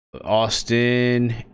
Austin